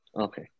Okay